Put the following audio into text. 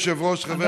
חוץ מאיתנו.